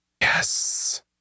Yes